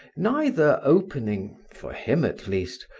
neither opening for him, at least,